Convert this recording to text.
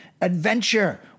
adventure